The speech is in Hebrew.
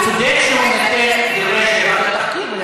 הוא צודק שהוא אומר דברי שבח על התחקיר,